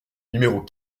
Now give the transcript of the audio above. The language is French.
numéros